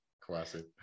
Classic